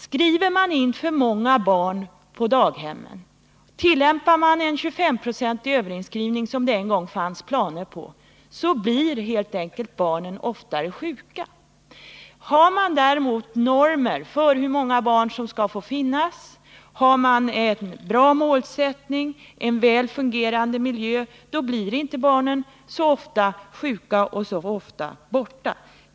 Skriver man in för många barn på daghemmen, t.ex. om man tillämpar en 25-procentig överinskrivning som det en gång fanns planer på, blir helt enkelt barnen oftare sjuka. Har man däremot normer för hur många barn som skall få finnas på daghemmen, har man en bra målsättning och en väl fungerande miljö, blir barnen inte så ofta sjuka och så ofta borta.